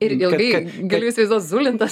ir ilgai galiu įsivaizduot zulintas